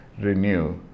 renew